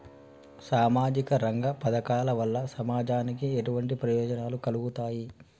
సామాజిక రంగ పథకాల వల్ల సమాజానికి ఎటువంటి ప్రయోజనాలు కలుగుతాయి?